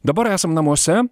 dabar esam namuose